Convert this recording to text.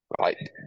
right